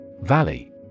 Valley